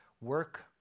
work